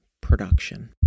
production